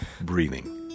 breathing